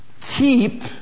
keep